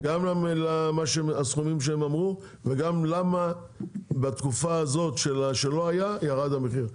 גם לסכומים שהם אמרו וגם למה בתקופה הזאת שלא היה הסדר ירד המחיר.